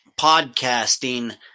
podcasting